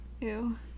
Ew